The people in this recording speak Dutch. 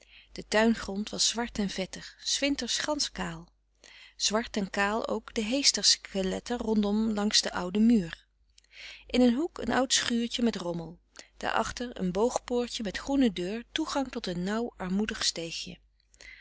de tuingrond was zwart en vettig s winters gansch kaal zwart en kaal ook de heester skeletten rondom langs den ouden muur in een hoek een oud schuurtje met rommel daarachter een boog poortje met groene deur toegang tot een nauw armoedig